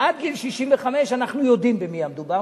עד גיל 65 אנחנו יודעים במי המדובר.